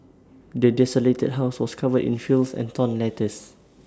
the desolated house was covered in filth and torn letters